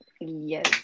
Yes